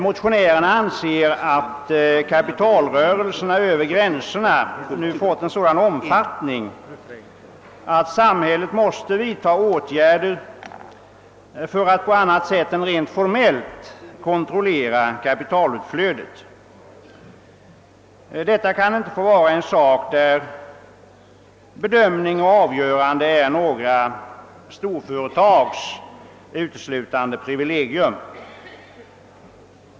Motionärerna anser att kapitalrörelserna över gränserna nu fått en sådan omfattning att samhället måste vidta åtgärder för att på annat sätt än rent formellt kontrollera kapitalutflödet. Detta kan inte få vara en sak där be dömning och avgörande är några storföretags uteslutande privilegium.